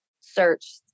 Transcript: search